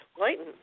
Lighten